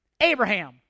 Abraham